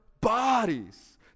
bodies